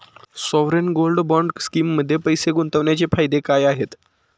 Sovereign gold bond स्कीममध्ये पैसे गुंतवण्याचे फायदे काय आहेत?